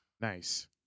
Nice